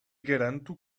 garanto